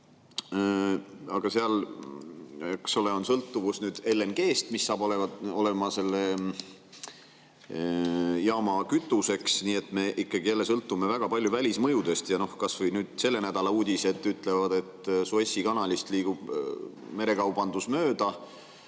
Aga seal, eks ole, on sõltuvus LNG-st, mis saab olema selle jaama kütus, nii et me ikkagi jälle sõltume väga palju välismõjudest. Kas või selle nädala uudised ütlevad, et Suessi kanalist liigub merekaubandus mööda,